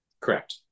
Correct